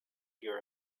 your